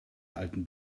alten